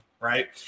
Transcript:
right